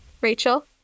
Rachel